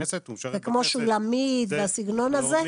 בכנסת הוא משרת --- כמו 'שולמית' והסגנון הזה?